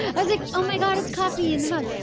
i was like, oh my god, it's coffee and the mug.